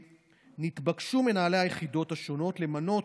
נתבקשו מנהלי היחידות השונות למנות